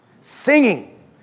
Singing